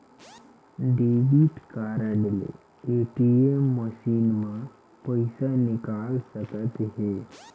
debit card ले ATM machine म पइसा निकाल सकत हे